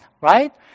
right